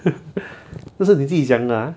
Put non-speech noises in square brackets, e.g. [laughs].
[laughs] 这是你自己讲的啊